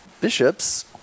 bishops